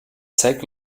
zeig